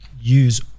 use